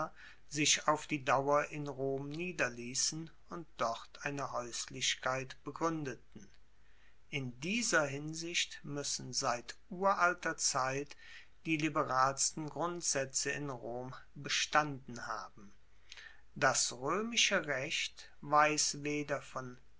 sich auf die dauer in rom niederliessen und dort eine haeuslichkeit begruendeten in dieser hinsicht muessen seit uralter zeit die liberalsten grundsaetze in rom bestanden haben das roemische recht weiss weder von